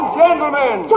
gentlemen